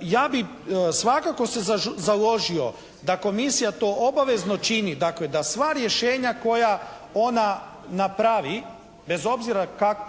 Ja bih svakako se založio da Komisija to obavezno čini, dakle da sva rješenja koja ona napravi bez obzira